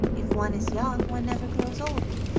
if one is young one never grows old,